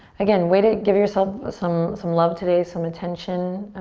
again, way to give yourself some some love today, some attention.